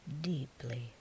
deeply